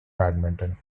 badminton